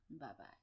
Bye-bye